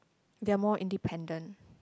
they are more independent